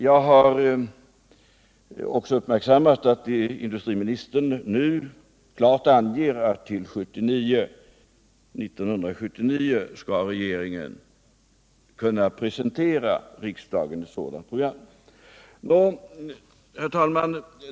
Jag har också noterat att industriministern nu klart anger att regeringen till 1979 skall kunna presentera riksdagen ett sådant program. Nå, herr talman!